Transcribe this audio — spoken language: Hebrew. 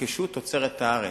תרכשו תוצרת הארץ.